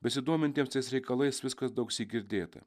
besidomintiems tais reikalais viskas daugsyk girdėta